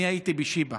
הייתי בשיבא